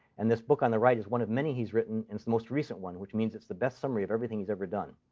and this book on the right is one of many he's written, and it's the most recent one, which means it's the best summary of everything he's ever done.